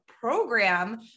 program